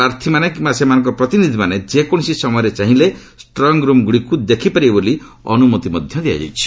ପ୍ରାର୍ଥୀମାନେ କିମ୍ବା ସେମାନଙ୍କ ପ୍ରତିନିଧିମାନେ ଯେକୌଣସି ସମୟରେ ଚାହିଁଲେ ଷ୍ଟ୍ରଙ୍ଗରୁମ୍ଗୁଡ଼ିକୁ ଦେଖିପାରିବେ ବୋଲି ଅନୁମତି ଦିଆଯାଇଛି